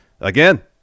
Again